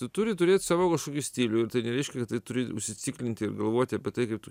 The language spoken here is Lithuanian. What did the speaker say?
tu turi turėt savo kažkokį stilių ir tai nereiškia kad tai turi užsiciklinti ir galvoti apie tai kaip tu